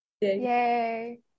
Yay